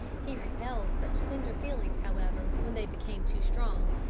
he repelled such tender feelings, however, when they became too strong,